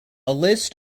list